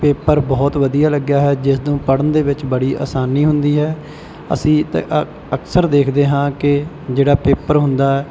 paper ਬਹੁਤ ਵਧੀਆ ਲੱਗਿਆ ਹੈ ਜਿਸ ਨੂੰ ਪੜ੍ਹਨ ਦੇ ਵਿੱਚ ਬੜੀ ਆਸਾਨੀ ਹੁੰਦੀ ਹੈ ਅਸੀਂ ਤਾਂ ਅ ਅਕਸਰ ਦੇਖਦੇ ਹਾਂ ਕਿ ਜਿਹੜਾ ਪੇਪਰ ਹੁੰਦਾ